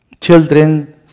children